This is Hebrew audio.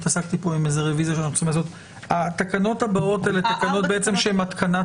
134ט. התקנות הבאות הן תקנות שהן התקנת